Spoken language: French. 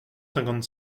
cinquante